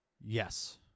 Yes